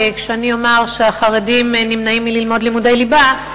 כשאני אומרת שהחרדים נמנעים מללמוד לימודי ליבה,